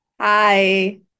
Hi